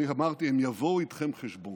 אני אמרתי, הם יבואו איתכם חשבון.